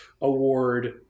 award